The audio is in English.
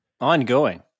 ongoing